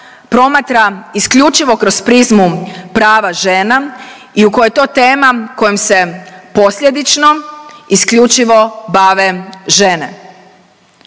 promatra isključivo kroz prizmu prava žena i u kojoj je to tema kojom se posljedično isključivo bave žene.